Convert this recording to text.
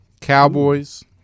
Cowboys